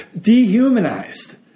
dehumanized